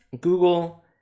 Google